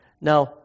Now